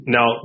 Now